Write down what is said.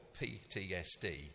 PTSD